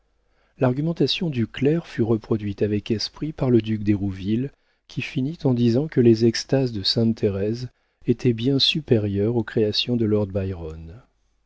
l'argumentation du clerc fut reproduite avec esprit par le duc d'hérouville qui finit en disant que les extases de sainte thérèse étaient bien supérieures aux créations de